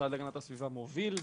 המשרד להגנת הסביבה מוביל?